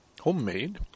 Homemade